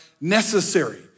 necessary